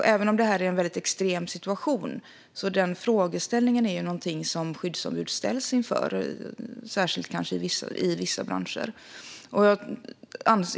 Även om det är en väldigt extrem situation är det en frågeställning som skyddsombud ställs inför, särskilt i vissa branscher.